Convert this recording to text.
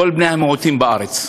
כל בני-המיעוטים בארץ.